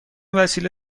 وسیله